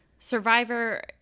survivor